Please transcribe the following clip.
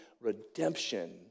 redemption